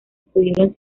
pudieron